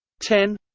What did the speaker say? ten